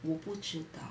我不知道